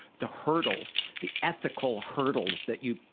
the hurdles, the ethical hurdles that you,